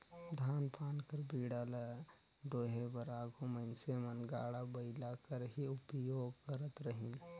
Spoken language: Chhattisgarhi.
धान पान कर बीड़ा ल डोहे बर आघु मइनसे मन गाड़ा बइला कर ही उपियोग करत रहिन